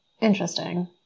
Interesting